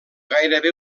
gairebé